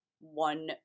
one